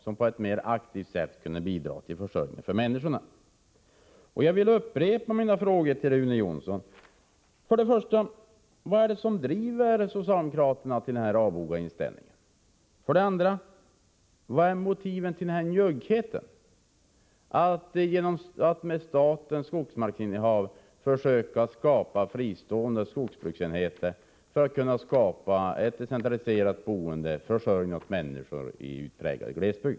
Jag vill upprepa mina frågor till Rune Jonsson: Vad är det för det första som driver socialdemokraterna till denna avoga inställning? Vad är för det andra motiven till denna njugghet att inte med hjälp av statens skogsinnehav försöka skapa fristående skogsbruksenheter, ett decentraliserat boende och försörjning åt människor i utpräglad glesbygd?